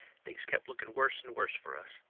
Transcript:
things kept looking worse and worse fur us.